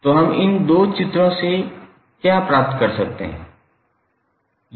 तो हम इन दो चित्रों से क्या प्राप्त कर सकते हैं